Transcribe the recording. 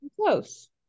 Close